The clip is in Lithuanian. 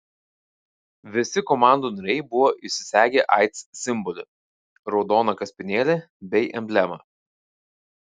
visi komandų nariai buvo įsisegę aids simbolį raudoną kaspinėlį bei emblemą